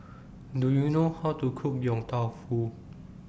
Do YOU know How to Cook Yong Tau Foo